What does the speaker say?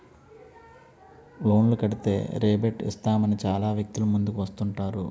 లోన్లు కడితే రేబేట్ ఇస్తామని చాలా వ్యక్తులు ముందుకు వస్తుంటారు